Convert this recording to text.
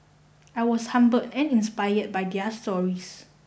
I was humbled and inspired by their stories